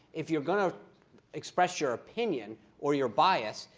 if you're going to express your opinion or your bias,